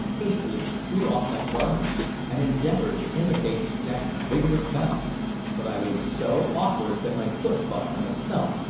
hastily threw off my garments and endeavoured to imitate jack's vigorous bound but i was so awkward that my foot caught on a stump,